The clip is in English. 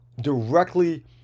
directly